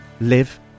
live